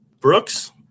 Brooks